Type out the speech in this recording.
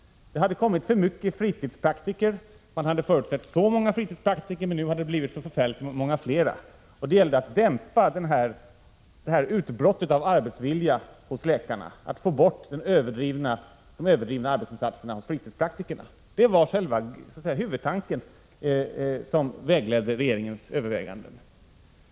Det hade blivit för många fritidspraktiker. Man hade förutsett si och så många fritidspraktiker, men det hade blivit så förfärligt många fler. Det gällde då, ansåg man, att dämpa detta utbrott av arbetsvilja hos läkarna, att få bort de överdrivna arbetsinsatserna hos fritidspraktikerna. Det var den huvudtanken som vägledde regeringens överväganden.